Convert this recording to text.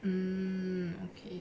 um okay